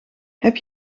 heb